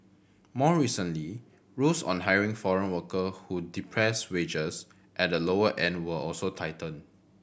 more recently rules on hiring foreign worker who depress wages at the lower end were also tightened